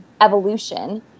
evolution